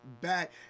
back